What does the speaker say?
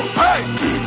hey